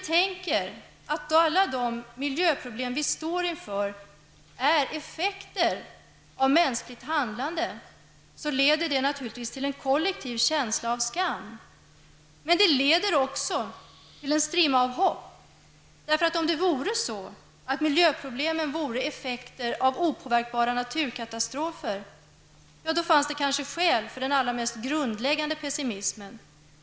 Tanken på att alla miljöproblem som vi står inför är effekter av det mänskliga handlandet leder naturligtvis till en kollektiv känsla av skam. Men den leder också till att vi ser en strimma av hopp. Om miljöproblemen vore effekter av opåverkbara naturkatastrofer, skulle det kanske finnas skäl för den allra mest grundläggande pessimismen.